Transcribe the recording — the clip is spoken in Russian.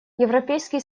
европейский